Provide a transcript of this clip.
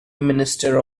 minister